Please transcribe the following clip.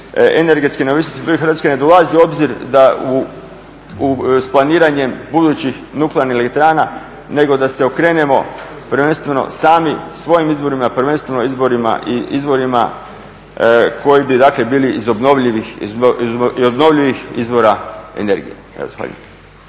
se ne razumije./… ne dolazi u obzir da s planiranje budućih nuklearnih elektrana, nego da se okrenemo prvenstveno sami svojim izvorima, prvenstveno izvorima koji bi dakle bili iz obnovljivih izvora energije.